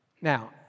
Now